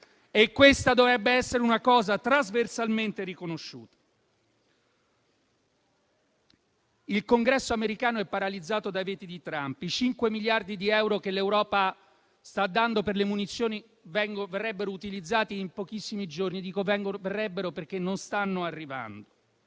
e questa dovrebbe essere una cosa trasversalmente riconosciuta. Il Congresso americano è paralizzato dai veti di Trump. I 5 miliardi di euro che l'Europa sta dando per le munizioni verrebbero utilizzati in pochissimi giorni, e uso il condizionale perché non stanno arrivando.